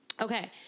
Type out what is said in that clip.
Okay